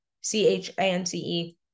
C-H-A-N-C-E